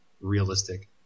realistic